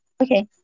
okay